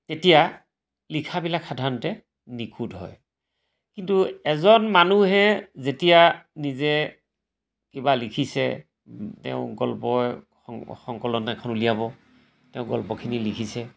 তেতিয়া লিখাবিলাক সাধাৰণতে নিখুঁত হয় কিন্তু এজন মানুহে যেতিয়া নিজে কিবা লিখিছে তেওঁ গল্প সং সংকলন এখন উলিয়াব তেওঁ গল্পখিনি লিখিছে